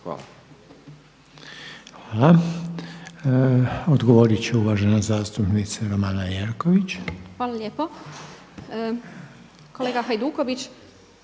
Hvala. Odgovorit će uvažena zastupnica Romana Jerković. **Jerković,